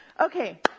Okay